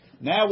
Now